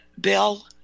Bill